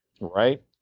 right